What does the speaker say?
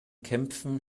kämpfen